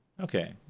Okay